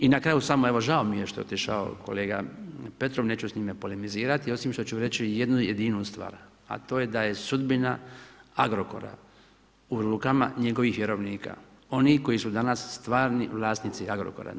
I na kraju samo evo žao mi je što je otišao kolega Petrov, neću s njime polemizirati osim što ću reći jednu jedinu stvar, a to je da je sudbina Agrokora u rukama njegovih vjerovnika, onih koji su danas stvarni vlasnici Agrokora.